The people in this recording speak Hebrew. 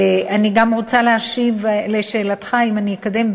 אני גם רוצה להשיב על שאלתך אם אני אקדם.